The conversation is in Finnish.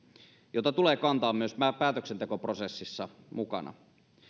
joita tulee kantaa myös päätöksentekoprosessissa mukana